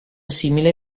simile